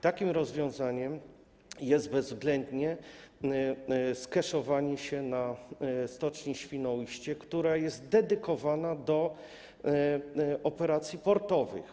Takim rozwiązaniem jest bezwzględnie skeszowanie się na stoczni Świnoujście, która jest dedykowana do operacji portowych.